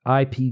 IP